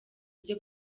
ibyo